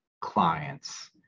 clients